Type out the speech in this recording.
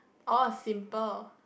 oh simple